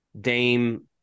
Dame